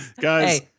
guys